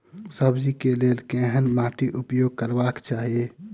सब्जी कऽ लेल केहन माटि उपयोग करबाक चाहि?